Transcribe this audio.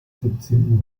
siebzehn